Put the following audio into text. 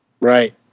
Right